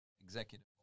executive